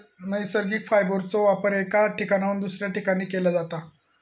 नैसर्गिक फायबरचो वापर एका ठिकाणाहून दुसऱ्या ठिकाणी केला जाता